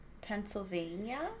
Pennsylvania